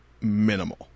minimal